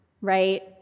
right